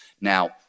Now